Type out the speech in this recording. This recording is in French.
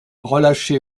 relâché